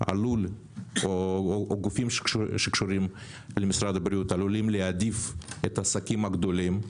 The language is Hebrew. עלול או גופים שקשורים למשרד הבריאות עלולים להעדיף את העסקים הגדולים,